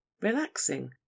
Relaxing